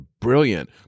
Brilliant